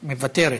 מוותרת.